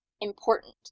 important